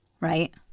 right